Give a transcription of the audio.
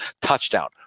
touchdown